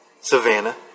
Savannah